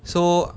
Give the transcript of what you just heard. so